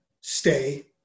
stay